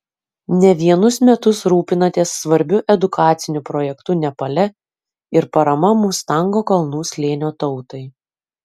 ne vienus metus rūpinatės svarbiu edukaciniu projektu nepale ir parama mustango kalnų slėnio tautai